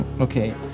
Okay